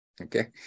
Okay